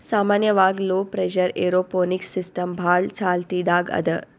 ಸಾಮಾನ್ಯವಾಗ್ low pressure aeroponics system ಭಾಳ್ ಚಾಲ್ತಿದಾಗ್ ಅದಾ